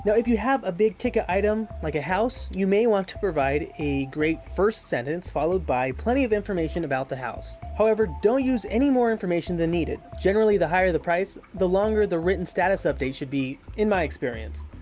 if you have big ticket item like a house, you may want to provide a great first sentence followed by plenty of information about the house. however, don't use any more information than needed. generally, the higher the price, the longer the written status update should be, in my experience.